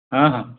हँ हँ